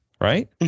Right